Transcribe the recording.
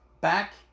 back